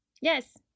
Yes